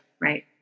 right